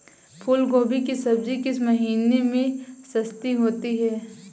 फूल गोभी की सब्जी किस महीने में सस्ती होती है?